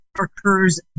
occurs